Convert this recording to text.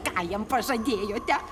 ką jam pažadėjote